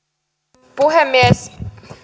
arvoisa puhemies